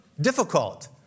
difficult